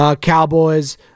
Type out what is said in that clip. Cowboys